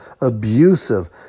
abusive